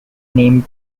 name